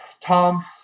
Tom